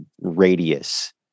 radius